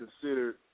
considered